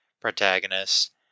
protagonist